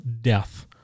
death